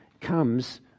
comes